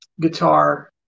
guitar